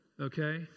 Okay